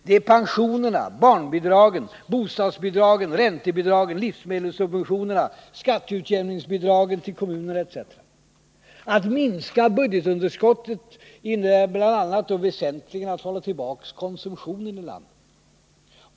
Det är pensionerna, barnbidragen, bostadsbidragen, räntebidragen, livsmedelssubventionerna, skatteutjämningsbidragen till kommunerna etc. Att minska budgetunderskottet innebär bl.a. att hålla tillbaka konsumtionen i landet.